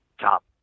top